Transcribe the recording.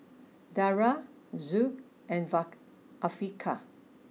Dara Zul and Vaka Afiqah